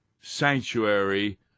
sanctuary